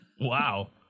Wow